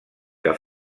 que